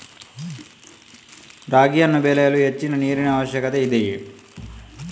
ರಾಗಿಯನ್ನು ಬೆಳೆಯಲು ಹೆಚ್ಚಿನ ನೀರಿನ ಅವಶ್ಯಕತೆ ಇದೆಯೇ?